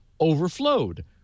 overflowed